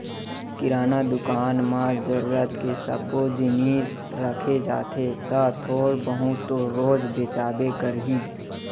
किराना दुकान म जरूरत के सब्बो जिनिस रखे जाथे त थोर बहुत तो रोज बेचाबे करही